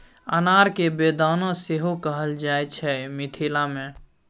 अनार केँ बेदाना सेहो कहल जाइ छै मिथिला मे